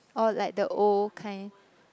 or like the old kind